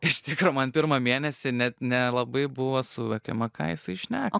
iš tikro man pirmą mėnesį net nelabai buvo suvokiama ką jisai šneka